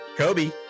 Kobe